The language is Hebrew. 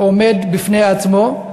שהוא עומד בפני עצמו,